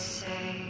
say